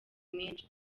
menshi